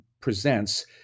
presents